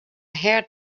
heard